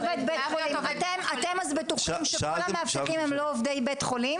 אז אתם בטוחים שכל המאבטחים הם לא עובדי בית חולים?